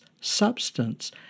substance